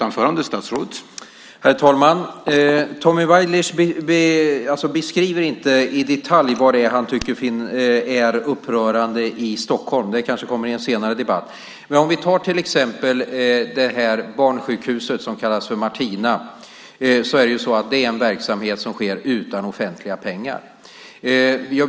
Herr talman! Tommy Waidelich beskriver inte i detalj vad han tycker är upprörande i Stockholm. Det kanske kommer i en senare debatt. Det barnsjukhus som kallas för Martina är till exempel en verksamhet som sker utan offentliga pengar.